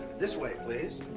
this way please.